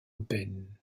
open